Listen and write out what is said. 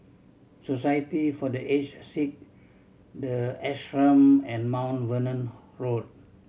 Society for The Aged Sick The Ashram and Mount Vernon Road